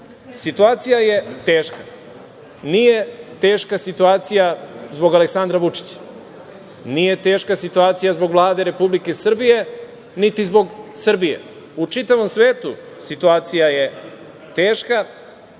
karantin. Situacija je teška. Nije teška situacija zbog Aleksandra Vučića, nije teška situacija zbog Vlade Republike Srbije, niti zbog Srbije, u čitavom svetu situacija je teška